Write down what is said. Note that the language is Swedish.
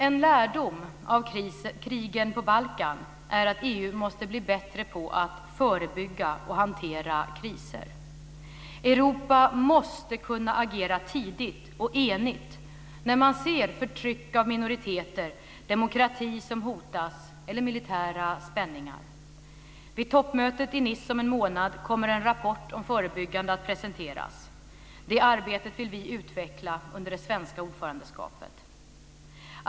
En lärdom av krigen på Balkan är att EU måste bli bättre på att förebygga och hantera kriser. Europa måste kunna agera tidigt och enigt när man ser förtryck av minoriteter, demokrati som hotas eller militära spänningar. Vid toppmötet i Nice om en månad kommer en rapport om förebyggande att presenteras. Det arbetet vill vi utveckla under det svenska ordförandeskapet.